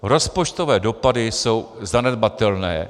Rozpočtové dopady jsou zanedbatelné.